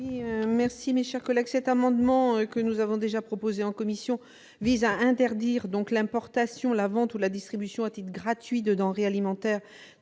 Mme Nicole Bonnefoy. Cet amendement, que nous avons déjà proposé en commission, vise à interdire l'importation, la vente ou la distribution à titre gratuit de denrées alimentaires